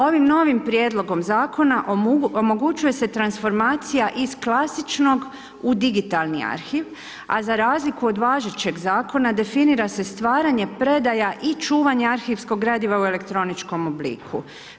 Ovim novim prijedlogom zakona omogućuje se transformacija iz klasičnog u digitalni arhiv, a za razliku od važećeg zakona definira se stvaranje, predaja i čuvanje arhivskog gradiva u elektroničkom obliku.